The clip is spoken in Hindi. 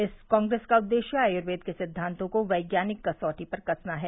इस कांग्रेस का उद्देश्य आयुर्वेद के सिद्वांतों को वैज्ञानिक कसौटी पर कसना है